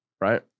right